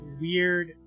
weird